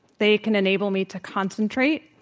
they can enable me to concentrate.